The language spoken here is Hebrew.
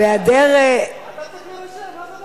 מה זה, אתה צריך להירשם, מה זה הדבר הזה?